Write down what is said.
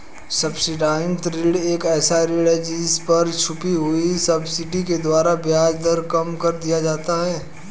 subsidised ऋण एक ऐसा ऋण है जिस पर छुपी हुई सब्सिडी के द्वारा ब्याज दर कम कर दिया जाता है